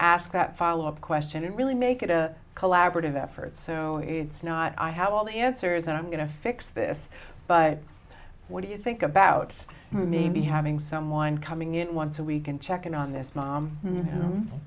ask that follow up question and really make it a collaborative effort so it's not i have all the answers and i'm going to fix this but what do you think about maybe having someone coming in once a week and checking on this mom